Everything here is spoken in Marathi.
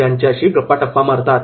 त्यांच्याशी गप्पाटप्पा मारतात